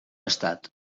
estat